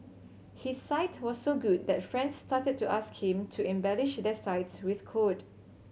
his site was so good that friends started to ask him to embellish their sites with code